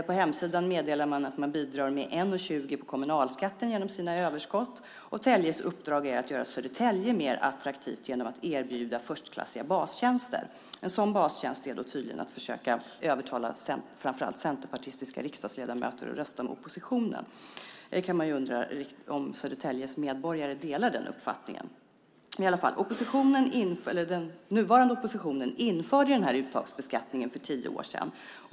På hemsidan meddelar man att man bidrar med 1:20 kronor på kommunalskatten med hjälp av sina överskott och att Telges uppdrag är att göra Södertälje mer attraktivt genom att erbjuda förstklassiga bastjänster. En sådan bastjänst är då tydligen att försöka övertala framför allt centerpartistiska riksdagsledamöter att rösta med oppositionen. Delar Södertäljes medborgare den uppfattningen? Den nuvarande oppositionen införde uttagsbeskattningen för tio år sedan.